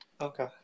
Okay